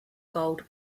gold